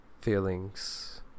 feelings